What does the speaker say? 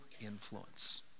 influence